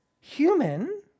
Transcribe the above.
human